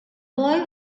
boy